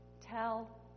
Tell